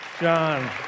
John